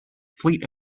fleet